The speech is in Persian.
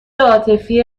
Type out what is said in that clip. عاطفی